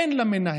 אין לה מנהל,